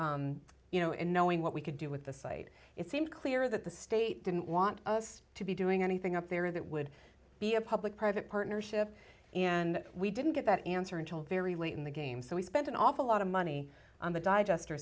before you know and knowing what we could do with the site it seemed clear that the state didn't want us to be doing anything up there that would be a public private partnership and we didn't get that answer until very late in the game so we spent an awful lot of money on the digest